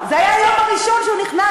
זה היה היום הראשון שהוא נכנס,